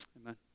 Amen